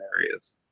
areas